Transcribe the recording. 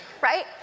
Right